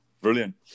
Brilliant